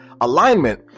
alignment